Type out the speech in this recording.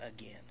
again